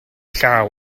llaw